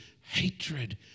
hatred